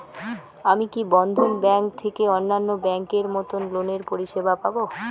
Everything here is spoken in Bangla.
আমি কি বন্ধন ব্যাংক থেকে অন্যান্য ব্যাংক এর মতন লোনের পরিসেবা পাব?